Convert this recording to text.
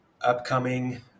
upcoming